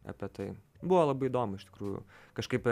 apie tai buvo labai įdomu iš tikrųjų kažkaip